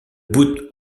bout